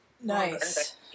Nice